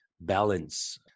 balance